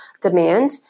demand